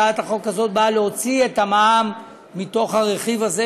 הצעת החוק הזאת באה להוציא את המע"מ מהרכיב הזה,